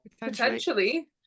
potentially